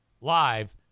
live